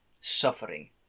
suffering